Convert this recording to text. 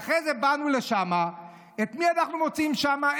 ואחרי זה באנו לשם ואת מי אנחנו מוצאים שם?